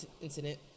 incident